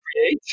create